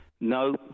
No